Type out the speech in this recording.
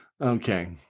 Okay